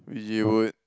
you would